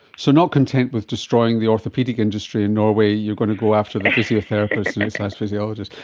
so not content with destroying the orthopaedic industry in norway you're going to go after the physiotherapist and exercise physiologists.